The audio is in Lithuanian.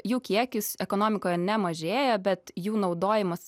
jų kiekis ekonomikoje nemažėja bet jų naudojimas